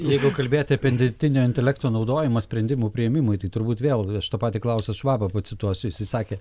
jeigu kalbėti apie dirbtinio intelekto naudojimą sprendimų priėmimui tai turbūt vėl aš tą patį klausiu švabą pacituosiu jisai sakė